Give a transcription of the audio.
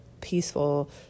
peaceful